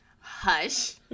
hush